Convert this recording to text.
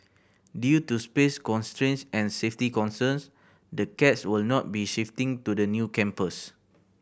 due to space constraints and safety concerns the cats will not be shifting to the new campus